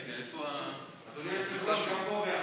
רגע, איפה, אדוני היושב-ראש,